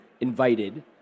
invited